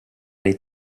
nei